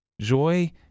Joy